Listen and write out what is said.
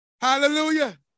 Hallelujah